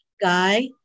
Guy